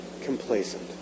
complacent